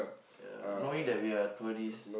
ya knowing that we are tourist